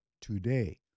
today